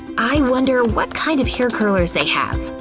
i wonder what kind of hair curlers they have.